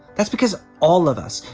that's because all of us,